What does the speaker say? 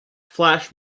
flash